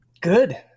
Good